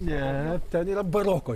ne ten yra baroko